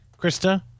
krista